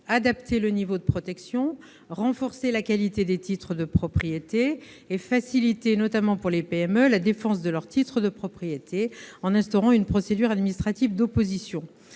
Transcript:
adapter le niveau de protection ; renforcer la qualité des titres de propriété ; faciliter, notamment pour les PME, la défense de leurs titres de propriété en instaurant une procédure administrative d'opposition.